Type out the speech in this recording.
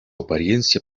apariencia